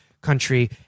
country